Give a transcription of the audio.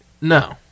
No